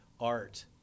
art